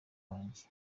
wanjye